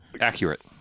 Accurate